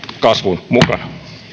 kasvun mukana